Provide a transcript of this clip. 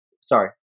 sorry